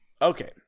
Okay